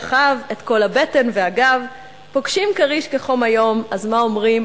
רחב / את כל הבטן והגב.// פוגשים כריש כחום היום / אז מה אומרים?